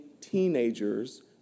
teenagers